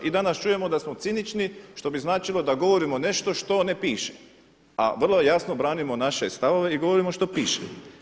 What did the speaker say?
I danas čujemo da smo cinični što bi značilo da govorimo nešto što ne piše a vrlo jasno branimo naše stavove i govorimo što piše.